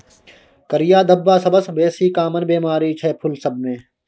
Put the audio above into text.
करिया धब्बा सबसँ बेसी काँमन बेमारी छै फुल सब मे